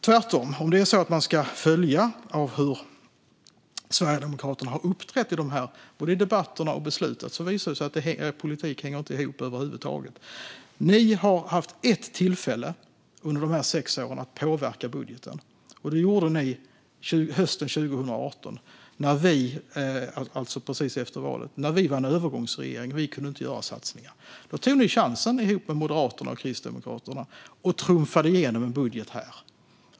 När man följer hur Sverigedemokraterna har uppträtt både i debatterna och i beslutet visar det sig att er politik inte hänger ihop över huvud taget. Ni har under dessa sex år haft ett tillfälle att påverka budgeten. Det gjorde ni hösten 2018, precis efter valet, när vi var en övergångsregering och inte kunde göra satsningar. Då tog ni chansen, ihop med Moderaterna och Kristdemokraterna, och trumfade igenom en budget här.